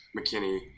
McKinney